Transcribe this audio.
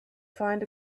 find